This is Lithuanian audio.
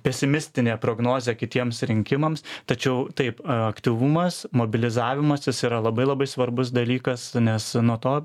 pesimistinė prognozė kitiems rinkimams tačiau taip aktyvumas mobilizavimasis yra labai labai svarbus dalykas nes nuo to